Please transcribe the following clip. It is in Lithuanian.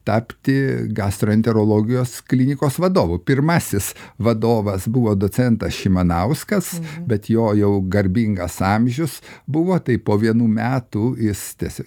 tapti gastroenterologijos klinikos vadovu pirmasis vadovas buvo docentas šimanauskas bet jo jau garbingas amžius buvo taip po vienų metų jis tiesa